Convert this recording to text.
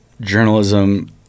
journalism